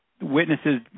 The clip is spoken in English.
witnesses